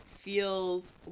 feels